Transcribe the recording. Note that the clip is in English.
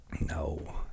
No